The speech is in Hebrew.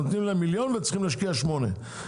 אתם נותנים להם מיליון והם צריכים להשקיע שמונה מיליון.